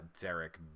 Derek